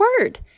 word